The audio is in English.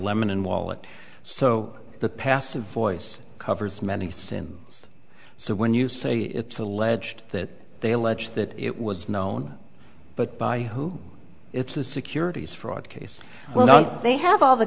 and wallet so the passive voice covers many sins so when you say it's alleged that they allege that it was known but by who it's the securities fraud case well they have all the